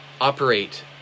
operate